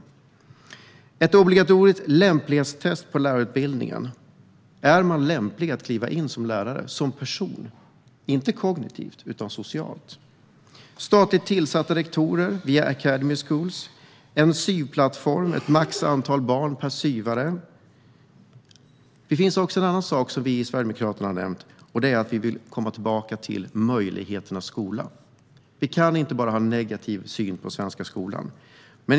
Det bör finnas ett obligatoriskt lämplighetstest på lärarutbildningar för att se om man är lämplig som person att kliva in som lärare - inte kognitivt utan socialt - statligt tillsatta rektorer via academy schools samt en SYV-plattform med ett maxantal barn per SYV. Det finns också en annan sak som vi i Sverigedemokraterna har nämnt, och det är att vi vill komma tillbaka till möjligheternas skola. Vi kan inte bara ha negativ syn på den svenska skolan.